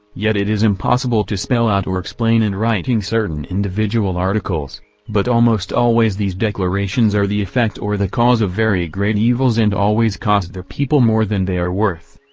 yet it is impossible to spell out or explain in writing certain individual articles but almost always these declarations are the effect or the cause of very great evils and always cost the people more than they are worth.